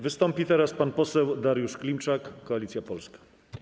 Wystąpi teraz pan poseł Dariusz Klimczak, Koalicja Polska.